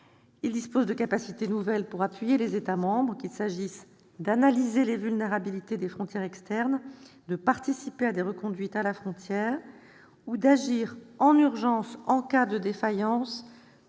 qui dispose de capacités nouvelles pour appuyer les États membres, qu'il s'agisse d'analyser les vulnérabilités des frontières externes, de participer à des reconduites à la frontière, ou d'agir en urgence, en cas de défaillance,